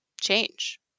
change